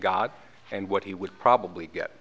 got and what he would probably get